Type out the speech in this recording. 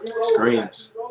screams